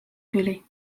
tüli